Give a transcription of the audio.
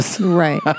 Right